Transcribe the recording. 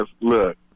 Look